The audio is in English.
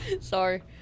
Sorry